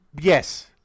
yes